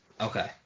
okay